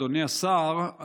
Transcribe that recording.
אדוני השר,